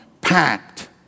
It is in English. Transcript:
packed